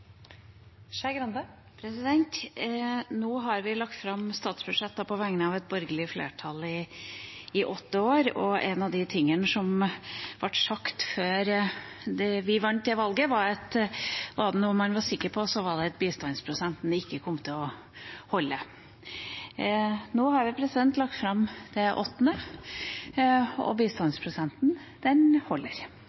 Nå har vi lagt fram statsbudsjetter på vegne av et borgerlig flertall i åtte år, og en av de tingene som ble sagt før vi vant det valget, var at var det noe man var sikker på, var det at bistandsprosenten ikke kom til å holde. Nå har vi lagt fram det åttende, og